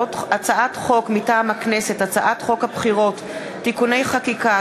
מטעם הכנסת: הצעת חוק הבחירות (תיקוני חקיקה),